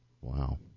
Wow